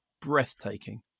breathtaking